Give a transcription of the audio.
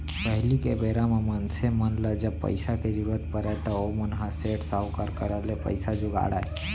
पहिली के बेरा म मनसे मन ल जब पइसा के जरुरत परय त ओमन ह सेठ, साहूकार करा ले पइसा जुगाड़य